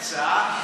הצעה?